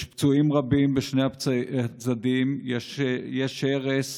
יש פצועים רבים בשני הצדדים, יש הרס.